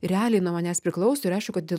realiai nuo manęs priklauso ir aišku